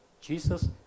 Jesus